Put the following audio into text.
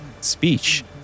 speech